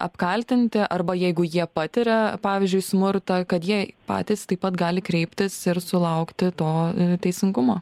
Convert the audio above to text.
apkaltinti arba jeigu jie patiria pavyzdžiui smurtą kad jie patys taip pat gali kreiptis ir sulaukti to teisingumo